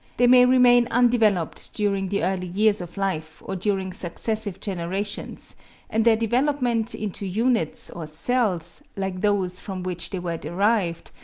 they may remain undeveloped during the early years of life or during successive generations and their development into units or cells, like those from which they were derived,